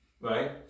right